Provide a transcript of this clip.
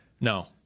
No